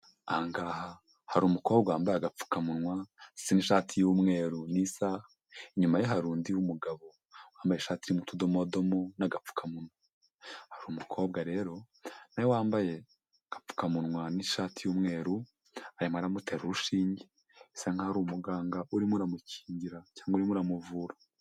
Aha ngaha hari umukobwa wambaye agapfukamunwa ndetse n'ishati y'umweru n'isaha. Inyuma ye hari undi w'umugabo wambaye ishati irimo utudomodomo n'agapfukamunwa, hari umukobwa rero na we wambaye agapfukamunwa n'ishati y'umweru arimo aramutera urushinge, asa nkaho ari umuganga urimo uramukingira cyangwa urimo uramuvura.